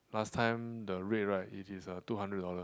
last time the rate right it is uh two hundred dollar